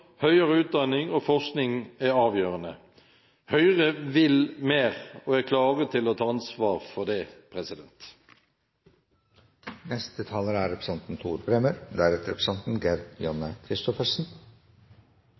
høyere utdanning og forskning er avgjørende. Høyre vil mer og er klar til å ta ansvar for det.